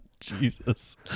Jesus